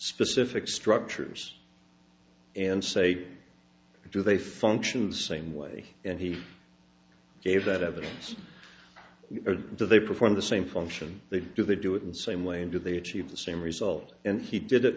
specific structures and say do they function the same way and he gave that evidence or do they perform the same function they do they do it in same way and do they achieve the same result and he did it